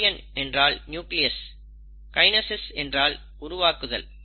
காரியன் என்றால் nucleus kinesis என்றால் உருவாக்குதல்